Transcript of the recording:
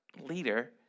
leader